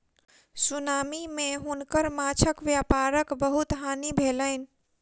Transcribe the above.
tsunami मे हुनकर माँछक व्यापारक बहुत हानि भेलैन